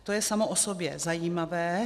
To je samo o sobě zajímavé.